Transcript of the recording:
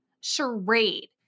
charade